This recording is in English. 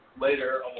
later